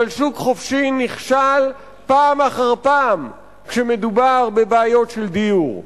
אבל שוק חופשי נכשל פעם אחר פעם כשמדובר בבעיות של דיור.